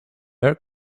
air